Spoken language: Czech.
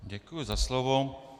Děkuji za slovo.